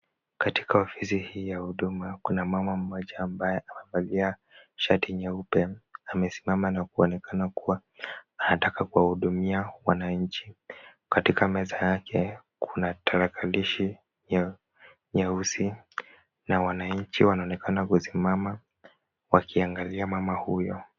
Katika ofisi hii ya huduma kuna mama mmoja ambaye amevalia shati nyeupe, amesimama na kuonekana kuwa anataka kuwahudumia wananchi, katika meza yake kuna tarakilishi ya nyeusi na wananchi wanaonekana kusimama wakiangalia mama huyo.